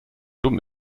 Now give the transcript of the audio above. dumm